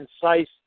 concise